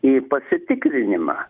į pasitikrinimą